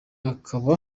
akaba